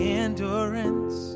endurance